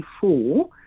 four